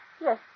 Yes